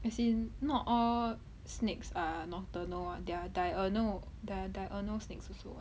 as in not all snakes are nocturnal [what] they are diurnal di~ diurnal snakes also